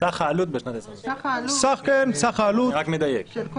סך העלות בשנת 2021, אני רק מדייק.